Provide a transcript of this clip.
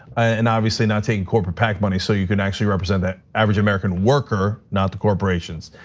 and obviously, not taking corporate pac money so you can actually represent the average american worker, not the corporations.